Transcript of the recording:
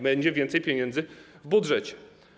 Będzie więcej pieniędzy w budżecie.